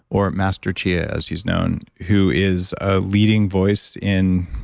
or master chia, as he's known who is a leading voice in.